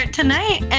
tonight